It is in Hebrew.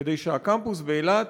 כדי שהקמפוס באילת